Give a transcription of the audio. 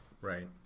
Right